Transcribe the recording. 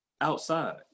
outside